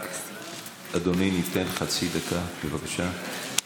רק אדוני, ניתן חצי דקה, בבקשה.